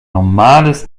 normales